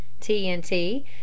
TNT